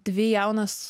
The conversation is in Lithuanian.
dvi jaunas